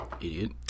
Idiot